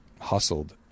hustled